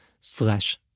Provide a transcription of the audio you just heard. slash